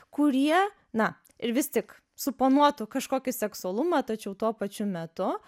kurie na ir vis tik suponuotų kažkokį seksualumą tačiau tuo pačiu metu